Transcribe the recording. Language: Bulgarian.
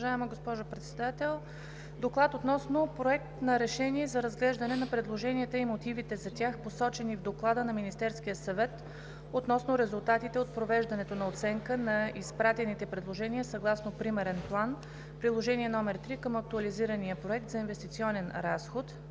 Народното събрание да приеме Проект на решение за разглеждане на предложенията и мотивите за тях, посочени в Доклада на Министерския съвет относно резултатите от провеждането на оценка на изпратените предложения съгласно Примерен план (Пътна карта) – Приложение № 3 към Актуализирания проект за инвестиционен разход